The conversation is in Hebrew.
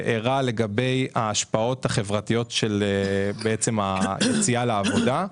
לגבי ההשפעות החברתיות של עצם היציאה לעבודה,